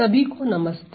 सभी को नमस्ते